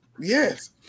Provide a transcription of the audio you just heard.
Yes